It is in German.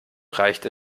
reicht